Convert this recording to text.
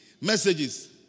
messages